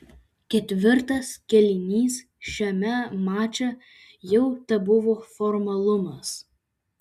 ketvirtas kėlinys šiame mače jau tebuvo formalumas